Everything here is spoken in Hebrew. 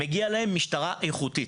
מגיע להם משטרה איכותית.